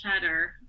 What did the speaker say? cheddar